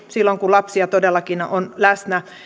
silloin kun lapsia todellakin on läsnä